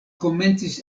komencis